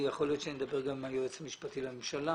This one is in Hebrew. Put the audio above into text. יכול להיות שאני אדבר גם עם היועץ המשפטי לממשלה.